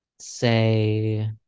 say